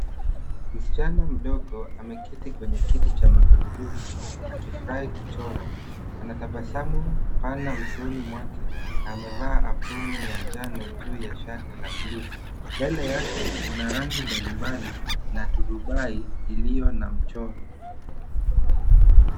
Msichana mdogo ameketi kwenye kiti cha magurudumu, akifurahi kuchora. Anatabasamu pana usoni mwake na amevaa aproni ya njano juu ya shati la buluu. Mbele yake kuna rangi mbalimbali na turubai iliona mchoro.